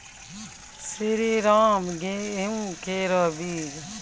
श्रीराम गेहूँ केरो बीज?